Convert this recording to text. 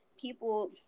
people